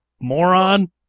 Moron